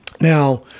Now